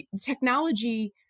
technology